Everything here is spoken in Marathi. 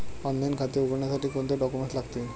ऑनलाइन खाते उघडण्यासाठी कोणते डॉक्युमेंट्स लागतील?